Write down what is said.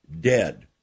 dead